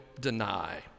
deny